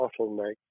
bottleneck